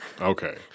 Okay